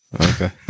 Okay